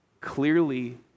clearly